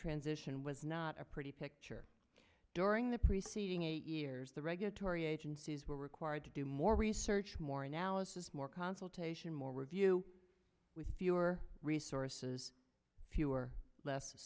transition was not a pretty picture during the preceding eight years the regulatory agencies were required to do more research more analysis more consultation more review with fewer resources fewer le